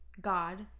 God